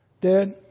dead